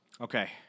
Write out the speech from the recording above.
Okay